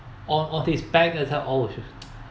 on on his back I said oh shit